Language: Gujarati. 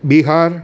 બિહાર